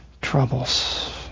troubles